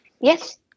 Yes